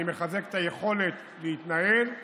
אני מחזק את היכולת להתנהל.